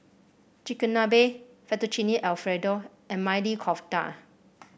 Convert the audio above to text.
Chigenabe Fettuccine Alfredo and Maili Kofta